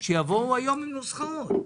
שיבואו היום עם נוסחאות.